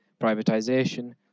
privatization